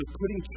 putting